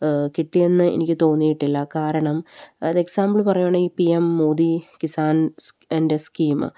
കിട്ടിയെന്ന് എനിക്ക് തോന്നിയിട്ടില്ല കാരണം അതിനൊരു എക്സാമ്പിൾ പറയുകയാണെങ്കില് ഈ പി എം മോദി കിസാൻ്റെ സ്കീം